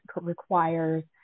requires